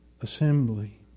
assembly